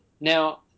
Now